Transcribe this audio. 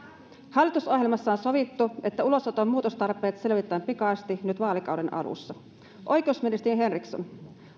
hallitusohjelmassa on sovittu että ulosoton muutostarpeet selvitetään pikaisesti nyt vaalikauden alussa oikeusministeri henriksson